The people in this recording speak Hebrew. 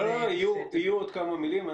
יהיו עוד כמה מלים.